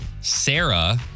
Sarah